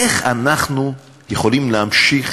איך אנחנו יכולים להמשיך